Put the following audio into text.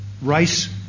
Rice